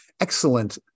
excellent